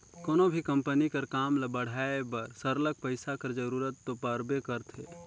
कोनो भी कंपनी कर काम ल बढ़ाए बर सरलग पइसा कर जरूरत दो परबे करथे